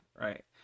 right